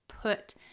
put